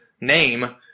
name